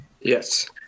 Yes